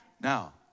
Now